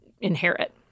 inherit